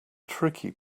tricky